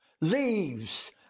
leaves